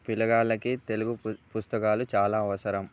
పిల్లగాళ్ళకి తెలుగు పుస్తకాలు చాలా అవసరం